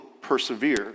persevere